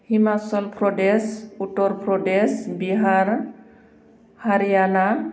Himachal Pradesh Uttar Pradesh Bihar Haryana